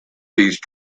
these